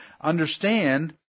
understand